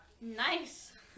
Nice